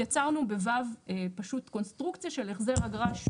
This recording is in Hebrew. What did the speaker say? יצרנו ב-ו' פשוט קונסטרוקציה של החזר אגרה,